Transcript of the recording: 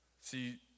See